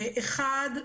אחד,